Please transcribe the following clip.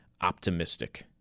optimistic